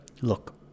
Look